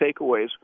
takeaways